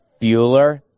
Bueller